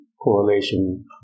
correlation